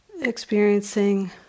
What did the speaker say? experiencing